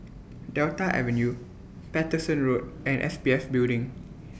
Delta Avenue Paterson Road and S P F Building